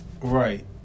Right